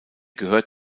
gehört